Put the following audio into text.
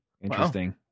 Interesting